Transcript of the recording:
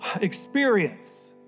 experience